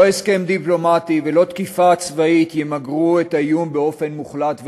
לא הסכם דיפלומטי ולא תקיפה צבאית ימגרו את האיום באופן מוחלט ולנצח.